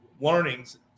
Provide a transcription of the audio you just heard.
learnings